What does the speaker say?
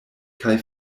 kaj